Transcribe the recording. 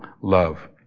love